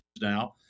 now